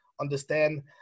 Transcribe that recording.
understand